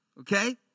okay